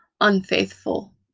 unfaithful